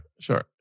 sure